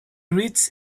rich